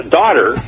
daughter